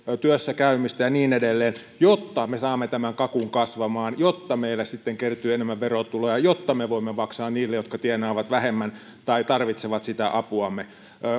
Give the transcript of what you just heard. työssä käymistä ja niin edelleen jotta me saamme tämän kakun kasvamaan jotta meille sitten kertyy enemmän verotuloja jotta me voimme maksaa niille jotka tienaavat vähemmän tai tarvitsevat sitä apuamme